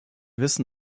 wissen